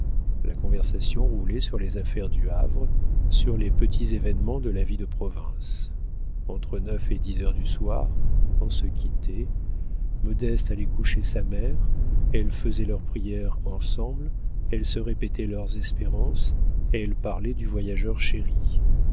la conversation roulait sur les affaires du havre sur les petits événements de la vie de province entre neuf et dix heures du soir on se quittait modeste allait coucher sa mère elles faisaient leurs prières ensemble elles se répétaient leurs espérances elles parlaient du voyageur chéri